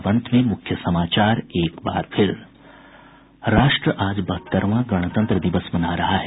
और अब अंत में मूख्य समाचार एक बार फिर राष्ट्र आज बहत्तरवां गणतंत्र दिवस मना रहा है